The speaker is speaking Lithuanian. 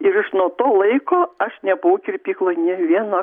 ir aš nuo to laiko aš nebuvau kirpykloj nė vieno